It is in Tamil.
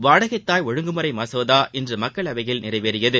வாடகை தாய் ஒழுங்குமுறை மசோதா இன்று மக்களவையில் நிறைவேறியது